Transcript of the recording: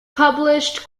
published